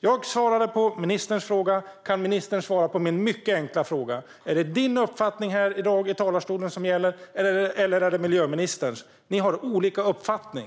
Jag svarade på ministerns fråga. Kan ministern svara på min mycket enkla fråga? Är det din uppfattning här i dag i talarstolen som gäller, Sven-Erik Bucht, eller är det miljöministerns? Ni har olika uppfattning.